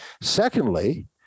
Secondly